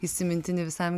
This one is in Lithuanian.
įsimintini visam